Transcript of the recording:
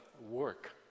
work